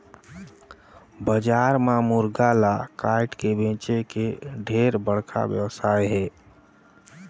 बजार म मुरगा ल कायट के बेंचे के ढेरे बड़खा बेवसाय हे